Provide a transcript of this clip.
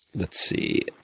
let's see,